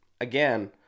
again